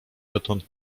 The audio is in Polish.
dotąd